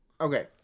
Okay